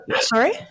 sorry